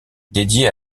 dédiée